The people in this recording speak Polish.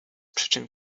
przyczyn